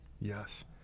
Yes